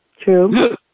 true